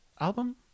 album